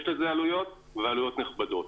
יש לזה עלויות, ועלויות נכבדות.